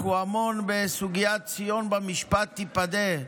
אנחנו המון עם "ציון במשפט תיפדה",